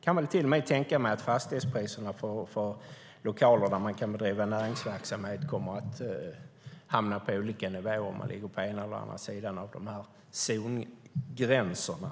Jag kan till och med tänka mig att fastighetspriserna för lokaler där man kan bedriva näringsverksamhet kommer att hamna på olika nivåer om de finns på ena eller andra sidan av de här zongränserna.